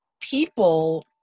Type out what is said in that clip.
people